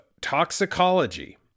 toxicology